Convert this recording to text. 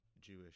Jewish